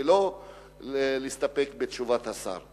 ולא להסתפק בתשובת השר.